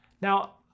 Now